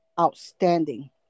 outstanding